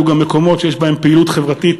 יהיו גם מקומות שיש בהם פעילות חברתית.